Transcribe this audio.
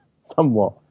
somewhat